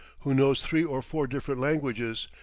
who knows three or four different languages,